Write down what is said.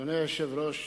אדוני היושב-ראש,